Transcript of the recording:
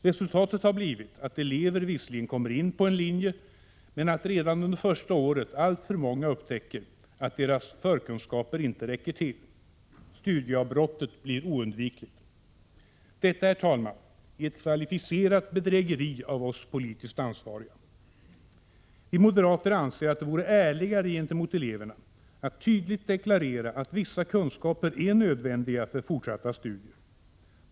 Resultatet har blivit att elever visserligen kommer in på en linje men att alltför många redan under första året upptäcker att deras förkunskaper inte räcker till. Studieavbrott blir oundvikligt. Detta, herr talman, är ett kvalificerat bedrägeri av oss politiskt ansvariga. Vi moderater anser att det vore ärligare gentemot eleverna att tydligt deklarera att vissa kunskaper är nödvändiga för fortsatta studier.